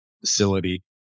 facility